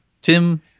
Tim